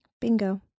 Bingo